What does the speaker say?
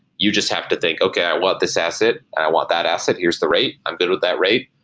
you just have to think, okay, i want this asset and i want that asset. here is the rate. i'm good with that rate.